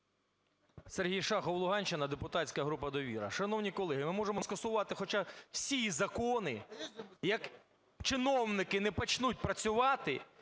Сергій Шахов, Луганщина, депутатська група "Довіра". Шановні колеги, ми можемо скасувати хоч всі закони, як чиновники не почнуть працювати,